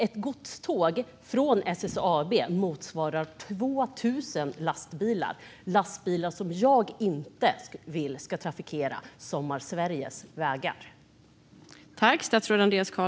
Ett godståg från SSAB motsvarar 2 000 lastbilar - lastbilar som jag inte vill ska trafikera Sommarsveriges vägar.